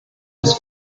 was